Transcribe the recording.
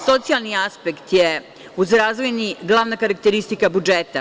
Socijalni aspekt je uz razvojni glavna karakteristika budžeta.